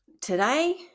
Today